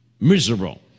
miserable